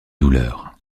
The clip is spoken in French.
douleurs